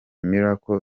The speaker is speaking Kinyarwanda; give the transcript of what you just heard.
miracle